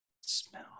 Smell